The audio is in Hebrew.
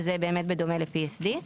וזה באמת בדומה ל-PSD.